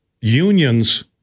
unions